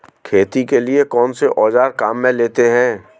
खेती के लिए कौनसे औज़ार काम में लेते हैं?